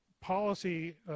policy